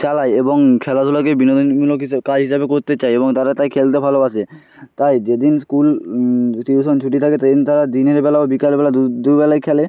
চালায় এবং খেলাধুলাকেই বিনোদনমূলক হিসাবে কাজ হিসাবে করতে চায় তারা তাই খেলতে ভালোবাসে তাই যেদিন স্কুল টিউশন ছুটি থাকে সেদিন তারা দিনেরবেলা ও বিকালবেলা দু বেলাই খেলে